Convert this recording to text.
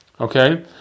Okay